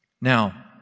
Now